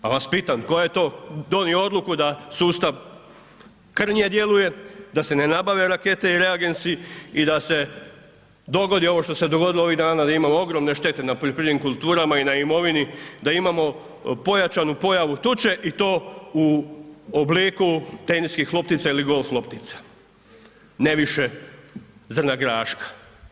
Pa vas pitam tko je to donio odluku da sustav krnje djeluje, da se ne nabavljaju rakete i reagensi i da se dogodili ovo što se dogodilo ovih dana, da imamo ogromne štete na poljoprivrednim kulturama i na imovini, da imamo pojačanu pojavu tuče i to u obliku teniskih loptica ili golf loptica, ne više zrna graška.